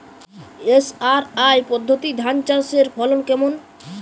SRI পদ্ধতি ধান চাষের ফলন কেমন?